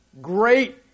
great